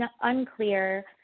unclear